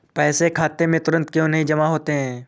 पैसे खाते में तुरंत क्यो नहीं जमा होते हैं?